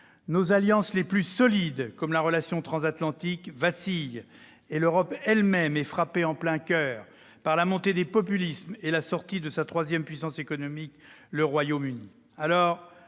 Nos alliances les plus solides, comme la relation transatlantique, vacillent. L'Europe elle-même est frappée en plein coeur par la montée des populismes et la sortie de sa troisième puissance économique, le Royaume-Uni.